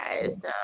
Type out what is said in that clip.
guys